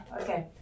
Okay